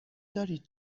دارید